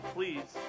Please